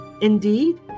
Indeed